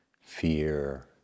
fear